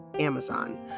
Amazon